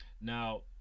Now